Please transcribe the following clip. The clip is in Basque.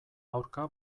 aurka